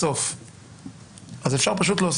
כתוב שם: